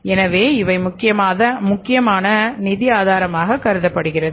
எனவே இவை முக்கியமான நிதி ஆதாரமாக கருதப்படுகிறது